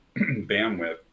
bandwidth